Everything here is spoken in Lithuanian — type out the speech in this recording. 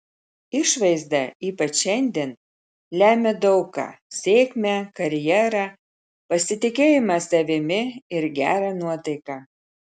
išvaizda ypač šiandien lemia daug ką sėkmę karjerą pasitikėjimą savimi ir gerą nuotaiką